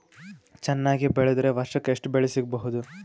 ಚೆನ್ನಾಗಿ ಬೆಳೆದ್ರೆ ವರ್ಷಕ ಎಷ್ಟು ಬೆಳೆ ಸಿಗಬಹುದು?